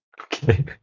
Okay